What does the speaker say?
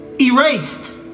erased